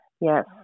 Yes